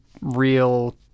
real